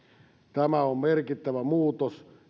tämä on merkittävä muutos